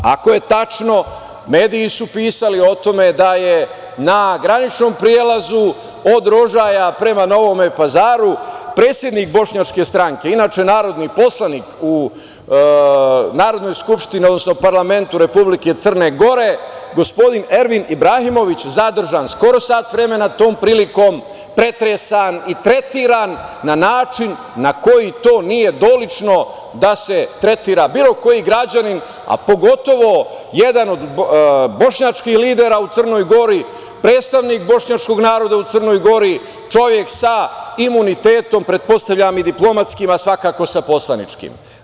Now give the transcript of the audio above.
Ako je tačno, mediji su pisali o tome, da je na graničnom prelazu od Rožaja prema Novom Pazaru predsednik Bošnjačke stranke, inače narodni poslanik u Narodnoj skupštini, odnosno parlamentu Republike Crne Gore, gospodin Ervin Ibrahimović zadržan skoro sat vremena, tom prilikom pretresan i tretiran na način na koji to nije dolično da se tretira bilo koji građanin, a pogotovo jedan od bošnjačkih lidera u Crnoj Gori, predstavnik bošnjačkog naroda u Crnoj Gori, čovek sa imunitetom, pretpostavljam i diplomatskim, a svakako sa poslaničkim.